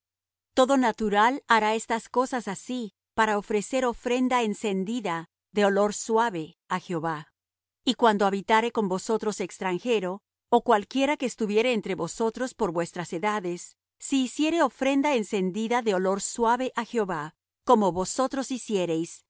todo natural hará estas cosas así para ofrecer ofrenda encendida de olor suave á jehová y cuando habitare con vosotros extranjero ó cualquiera que estuviere entre vosotros por vuestras edades si hiciere ofrenda encendida de olor suave á jehová como vosotros hiciereis